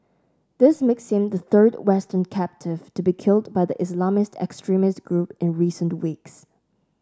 this makes him the third Western captive to be killed by the Islamist extremist group in recent weeks